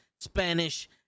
Spanish